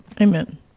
Amen